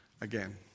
again